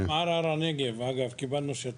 גם בערערה נגב קיבלנו שטח.